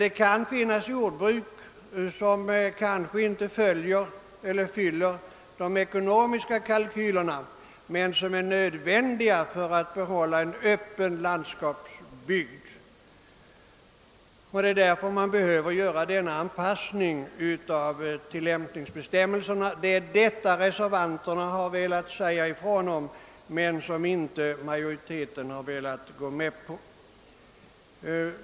Det kan dock finnas jordbruk, som inte motsvarar de ekonomiska kraven men som är nödvändiga för att man skall kunna behålla en öppen landskapsbild. Ett bibehållande av sådana jordbruk kräver en anpassning av tillämpningsföreskrifterna, något som reservanterna förordat men som majoriteten inte velat gå med på.